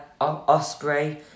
Osprey